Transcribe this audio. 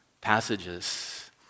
passages